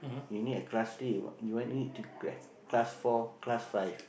you need a class C you need to get class four class five